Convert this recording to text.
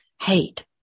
hate